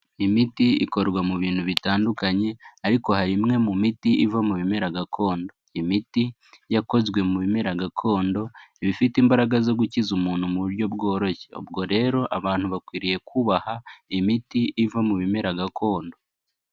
Imiti ikorwa mu bintu bitandukanye ariko hari imwe mu miti iva mu bimera gakondo, imiti yakozwe mu bimera gakondo iba ifite imbaraga zo gukiza umuntu mu buryo bworoshye, ubwo rero abantu bakwiriye kubaha imiti iva mu bimera gakondo.